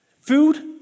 Food